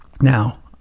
Now